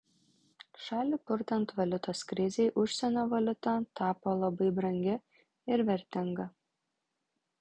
šalį purtant valiutos krizei užsienio valiuta tapo labai brangi ir vertinga